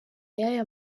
y’aya